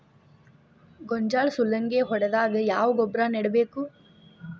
ಗೋಂಜಾಳ ಸುಲಂಗೇ ಹೊಡೆದಾಗ ಯಾವ ಗೊಬ್ಬರ ನೇಡಬೇಕು?